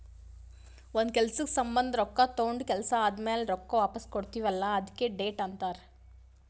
ಒಂದ್ ಕೆಲ್ಸಕ್ ಸಂಭಂದ ರೊಕ್ಕಾ ತೊಂಡ ಕೆಲ್ಸಾ ಆದಮ್ಯಾಲ ರೊಕ್ಕಾ ವಾಪಸ್ ಕೊಡ್ತೀವ್ ಅಲ್ಲಾ ಅದ್ಕೆ ಡೆಟ್ ಅಂತಾರ್